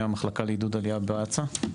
המחלקה לעידוד עלייה בהסתדרות הציונית העולמית.